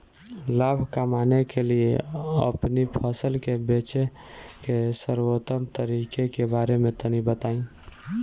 लाभ कमाने के लिए अपनी फसल के बेचे के सर्वोत्तम तरीके के बारे में तनी बताई?